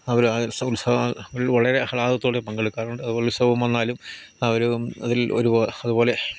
അവർ ആ ഉത്സവങ്ങൾ വളരെ ആഹ്ളാദത്തോടെ പങ്കെടുക്കാറുണ്ട് അതുപോലെ ഉത്സവം വന്നാലും അവർ അതിൽ ഒരുപോലെ അതുപോലെ